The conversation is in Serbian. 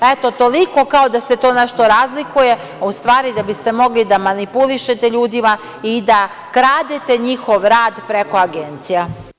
Eto, toliko, kao da se to nešto razlikuje, a u stvari da biste mogli da manipulišete ljudima i da kradete njihov rad preko agencija.